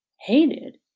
Hated